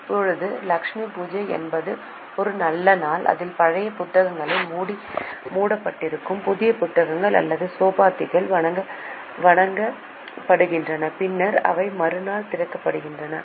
இப்போது லட்சுமி பூஜை என்பது ஒரு நல்ல நாள் அதில் பழைய புத்தகங்கள் மூடப்பட்டிருக்கும் புதிய புத்தகங்கள் அல்லது சோபதிகள் வணங்கப்படுகின்றன பின்னர் அவை மறுநாள் திறக்கப்படுகின்றன